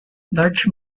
large